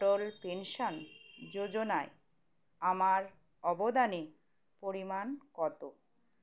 অটল pension যোজনায় আমার অবদানের পরিমাণ কত